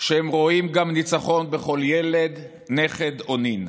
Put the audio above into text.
שהם רואים גם ניצחון בכל ילד, נכד או נין.